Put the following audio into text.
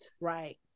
right